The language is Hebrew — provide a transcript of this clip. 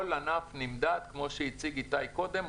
כמו שהציג איתי קודם,